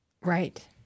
Right